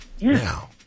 Now